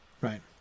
right